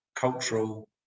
cultural